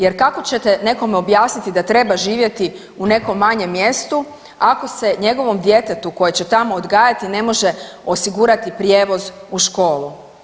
Jer kako ćete nekom objasniti da treba živjeti u nekom manjem mjestu ako se njegovom djetetu koje će tamo odgajati ne može osigurati prijevoz u školu.